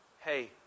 hey